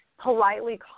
politely